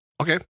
Okay